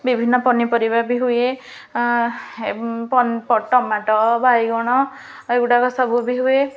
ବିଭିନ୍ନ ପନିପରିବା ବି ହୁଏ ଟମାଟୋ ବାଇଗଣ ଏଗୁଡ଼ାକ ସବୁ ବି ହୁଏ